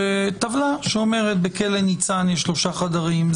טבלה שאומרת שבכלא ניצן יש שלושה חדרים,